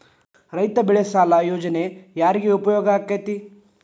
ರೈತ ಬೆಳೆ ಸಾಲ ಯೋಜನೆ ಯಾರಿಗೆ ಉಪಯೋಗ ಆಕ್ಕೆತಿ?